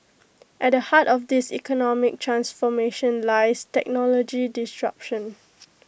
at the heart of this economic transformation lies technology disruption